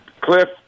Cliff